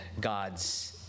God's